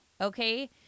okay